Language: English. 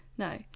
No